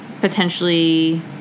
potentially